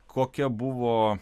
kokia buvo